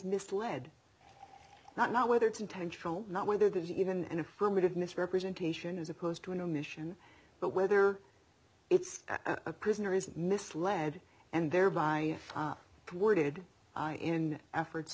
misled not not whether it's intentional not whether there's even an affirmative misrepresentation as opposed to an omission but whether it's a prisoner is misled and thereby worded in efforts